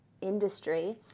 industry